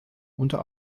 unter